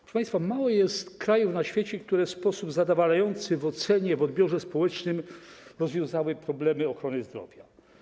Proszę państwa, mało jest krajów na świecie, które w sposób zadowalający w odbiorze społecznym rozwiązały problemy ochrony zdrowia.